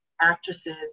actresses